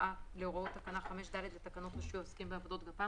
להוראות תקנה 5(ד) לתקנות רישוי העוסקים בעבודות גפ"מ,